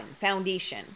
foundation